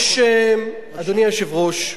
אדוני היושב-ראש,